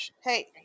hey